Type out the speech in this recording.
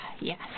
yes